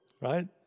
right